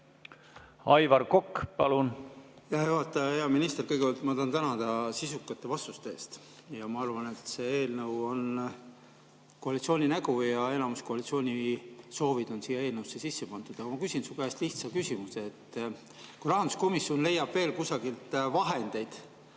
Aivar Kokk, palun! Hea juhataja! Hea minister! Kõigepealt ma tahan tänada sisukate vastuste eest. Ma arvan, et see eelnõu on koalitsiooni nägu ja enamus koalitsiooni soove on siia sisse pandud. Aga ma küsin su käest lihtsa küsimuse. Kui rahanduskomisjon leiab veel kusagilt vahendeid